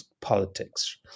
politics